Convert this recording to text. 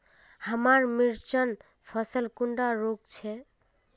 हमार मिर्चन फसल कुंडा रोग छै?